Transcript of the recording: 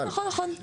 נכון, נכון.